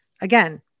again